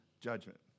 judgment